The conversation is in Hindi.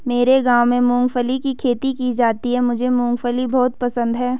मेरे गांव में मूंगफली की खेती की जाती है मुझे मूंगफली बहुत पसंद है